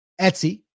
Etsy